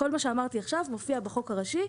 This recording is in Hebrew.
כל מה שאמרתי עכשיו מופיע בחוק הראשי.